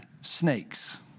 snakes